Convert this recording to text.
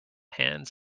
hands